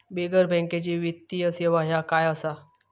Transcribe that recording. बिगर बँकेची वित्तीय सेवा ह्या काय असा?